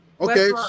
Okay